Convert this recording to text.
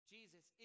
Jesus